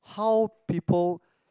how people